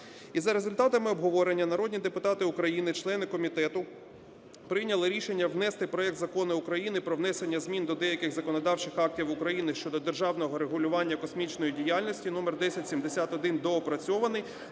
І за результатами обговорення народні депутати України – члени комітету прийняли рішення внести проект Закону України про внесення змін до деяких законодавчих актів України щодо державного регулювання космічної діяльності (номер 1071) (доопрацьований)